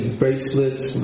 bracelets